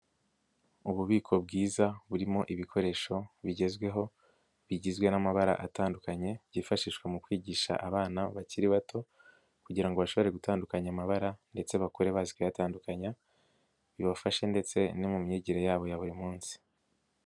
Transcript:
Ububiko bwiza burimo ibikoresho bigezweho, bigizwe n'amabara atandukanye byifashishwa mu kwigisha abana bakiri bato, kugira ngo bashobore gutandukanya amabara ndetse bakure bazi kuyatandukanya, bibafashe ndetse no mu myigire yabo ya buri munsi.